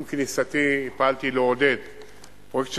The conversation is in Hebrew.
עם כניסתי פעלתי לעודד פרויקט,